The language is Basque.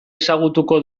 ezagutuko